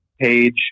page